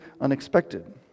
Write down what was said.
unexpected